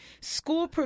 school